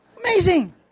Amazing